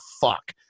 fuck